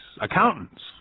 accountants